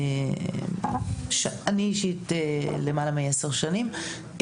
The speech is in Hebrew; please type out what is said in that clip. אני אישית למעלה מעשר שנים.